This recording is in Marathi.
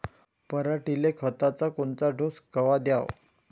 पऱ्हाटीले खताचा कोनचा डोस कवा द्याव?